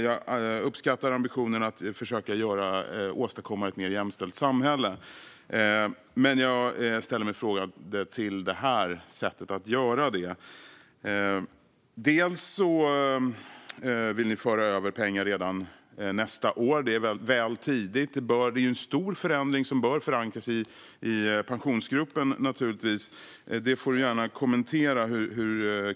Jag uppskattar ambitionen att försöka åstadkomma ett mer jämställt samhälle, men jag ställer mig frågande till sättet att göra det. Ni vill föra över pengar redan nästa år. Det är väl tidigt. Det är en stor förändring som naturligtvis bör förankras i Pensionsgruppen.